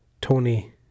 Tony